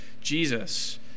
Jesus